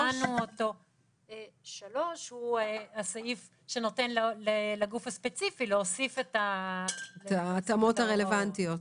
(3) הוא הסעיף שנותן לגוף הספציפי להוסיף את ההתאמות הרלוונטיות.